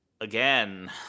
again